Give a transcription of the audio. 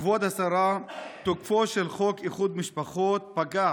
כבוד השרה, תוקפו של חוק איחוד משפחות פקע